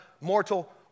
Mortal